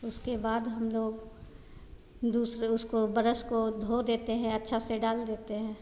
उसके बाद हम लोग दूसरे उसको बरश को धो देते हैं अच्छा से डाल देते हैं